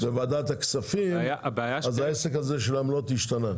בוועדת הכספים העסק של העמלות השתנה.